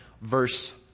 verse